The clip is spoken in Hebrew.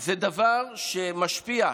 זה דבר שמשפיע.